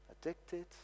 addicted